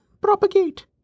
propagate